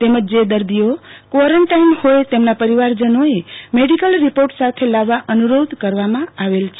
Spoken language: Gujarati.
તેમજ જે દર્દીઓ કવોરેન્ટાઈન હોય તેમના પરિવારજનોએ મેડીકલ રીપોર્ટ સાથે લાવવા અનુરોધ કરવામાં આવલ છે